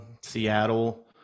Seattle